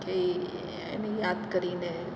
કે એને યાદ કરીને